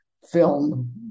film